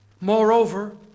Moreover